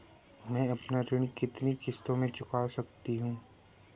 मैं अपना ऋण कितनी किश्तों में चुका सकती हूँ?